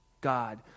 God